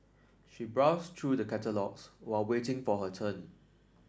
she browsed through the catalogues while waiting for her turn